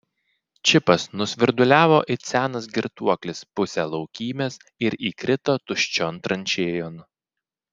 čipas nusvirduliavo it senas girtuoklis pusę laukymės ir įkrito tuščion tranšėjon